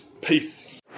Peace